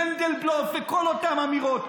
"מנדלבלוף" וכל אותן אמירות.